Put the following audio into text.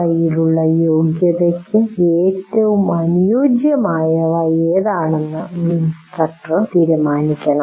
കയ്യിലുള്ള യോഗ്യതയ്ക്ക് ഏറ്റവും അനുയോജ്യമായവ ഏതെന്ന് ഒരു ഇൻസ്ട്രക്ടർ തീരുമാനിക്കണം